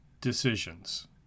decisions